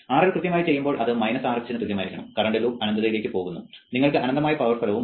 RL കൃത്യമായി ചെയ്യുമ്പോൾ അത് Rth നു തുല്യമായിരിക്കും കറൻറ് ലൂപ്പ് അനന്തതയിലേക്ക് പോകുന്നു നിങ്ങൾക്ക് അനന്തമായ പവർ ഫലവും ഉണ്ട്